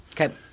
Okay